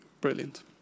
brilliant